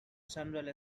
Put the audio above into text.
general